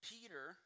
Peter